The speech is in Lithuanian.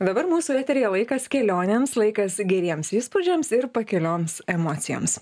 dabar mūsų eteryje laikas kelionėms laikas geriems įspūdžiams ir pakilioms emocijoms